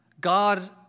God